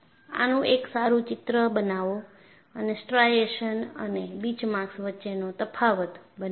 આનું એક સારું ચિત્ર બનાવો અને સ્ટ્રાઇશન્સ અને બીચમાર્ક્સ વચ્ચેનો તફાવત બનાવો